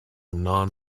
non